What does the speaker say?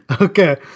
okay